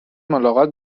ملاقات